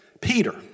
Peter